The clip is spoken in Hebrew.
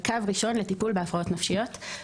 לקו ראשון לטיפול בהפרעות נפשיות.